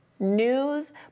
news